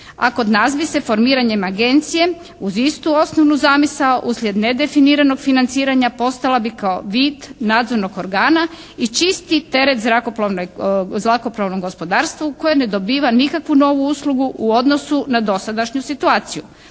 A kod nas bi se formiranjem Agencije uz istu osnovnu zamisao uslijed nedefiniranog financiranja postala bi kao vid nadzornog organa i čisti teret zrakoplovnom gospodarstvu u kojem ne dobiva nikakvu novu uslugu u odnosu na dosadašnju situaciju.